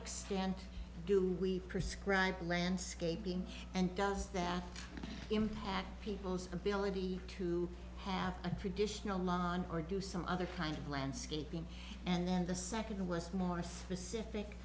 extent do we prescribe landscaping and does that impact people's ability to have a tradition oman or do some other kind of landscaping and then the second was more specific